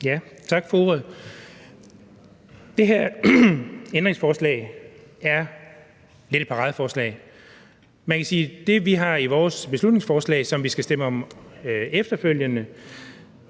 Tak for ordet. Det her ændringsforslag er lidt et paradeforslag. Man kan sige, at det, vi har i vores beslutningsforslag, som vi skal stemme om efterfølgende,